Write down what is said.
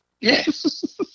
Yes